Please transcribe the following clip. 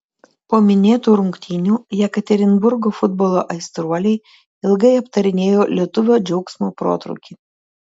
po minėtų rungtynių jekaterinburgo futbolo aistruoliai ilgai aptarinėjo lietuvio džiaugsmo protrūkį